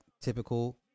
typical